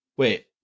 Wait